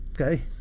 Okay